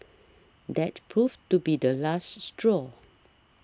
that proved to be the last straw